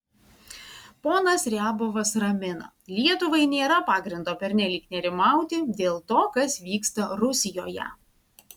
ponas riabovas ramina lietuvai nėra pagrindo pernelyg nerimauti dėl to kas vyksta rusijoje